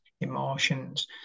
emotions